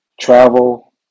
travel